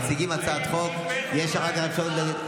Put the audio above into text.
מציגים הצעת חוק, יש אחר כך אפשרות.